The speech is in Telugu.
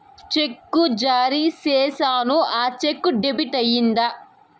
చెక్కు జారీ సేసాను, ఆ చెక్కు డెబిట్ అయిందా